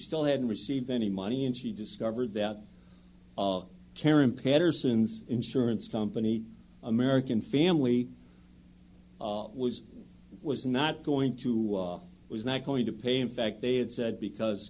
still hadn't received any money and she discovered that karen patterson's insurance company american family was was not going to was not going to pay in fact they had said because